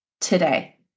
today